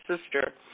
sister